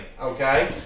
Okay